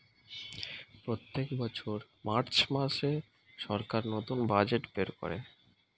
প্রত্যেক বছর মার্চ মাসে সরকার নতুন বাজেট বের করে